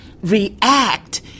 react